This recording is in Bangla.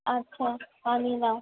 আচ্ছা আমি না